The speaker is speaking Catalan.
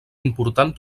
important